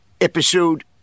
episode